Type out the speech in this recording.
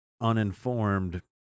uninformed